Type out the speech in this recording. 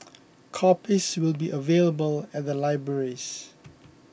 copies will be available at the libraries